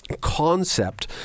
Concept